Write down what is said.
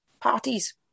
parties